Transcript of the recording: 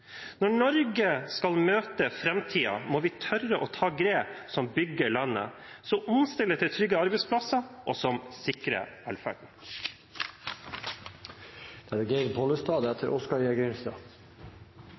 Når Norge skal møte framtiden, må vi tørre å ta grep som bygger landet, som omstiller til trygge arbeidsplasser, og som sikrer velferden. Da jeg hørte forrige innleggs beskrivelse av åtte rød-grønne år, er